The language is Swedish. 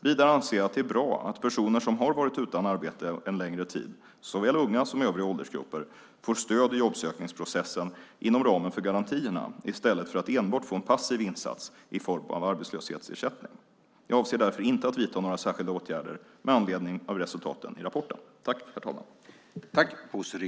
Vidare anser jag att det är bra att personer som har varit utan arbete en längre tid, såväl unga som övriga åldersgrupper, får stöd i jobbsökningsprocessen inom ramen för garantierna i stället för att enbart få en passiv insats i form av arbetslöshetsersättning. Jag avser därför inte att vidta några särskilda åtgärder med anledning av resultaten i rapporten.